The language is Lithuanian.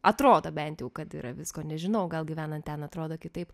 atrodo bent kad yra visko nežinau gal gyvenant ten atrodo kitaip